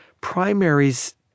Primaries